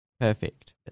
perfect